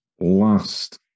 Last